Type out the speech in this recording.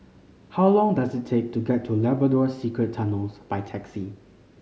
how long does it take to get to Labrador Secret Tunnels by taxi